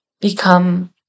become